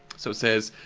so it says,